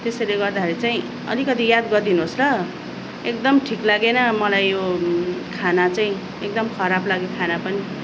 त्यसैले गर्दाखेरि चाहिँ अलिकति याद गरिदिनुहोस् ल एकदम ठिक लागेन मलाई यो खाना चाहिँ एकदम खराब लाग्यो खाना पनि